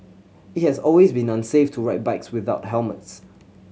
it has always been unsafe to ride bikes without helmets